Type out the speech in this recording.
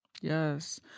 Yes